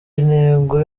intego